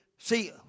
See